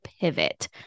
pivot